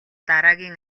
дараагийн